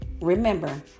Remember